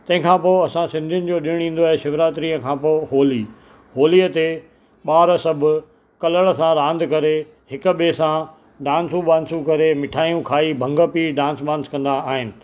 तंहिंखां पोइ असां सिंधियुनि जो ॾिणु ईंदो आहे शिवरात्रीअ खां पोइ होली होलीअ ते ॿार सभु कलरु सां रांदि करे हिकु ॿिए सां डांसूं वांसू करे मिठाइयूं खाई भंग पी डांस वांस कंदा आहिनि